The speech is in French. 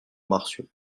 martiaux